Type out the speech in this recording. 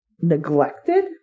neglected